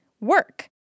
work